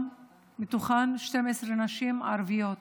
ומתוכן 12 נשים ערביות.